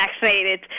vaccinated